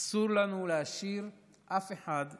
אסור לנו להשאיר אף אחד מאחור.